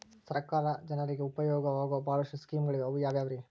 ಸರ್ಕಾರ ಜನರಿಗೆ ಉಪಯೋಗವಾಗೋ ಬಹಳಷ್ಟು ಸ್ಕೇಮುಗಳಿವೆ ಅವು ಯಾವ್ಯಾವ್ರಿ?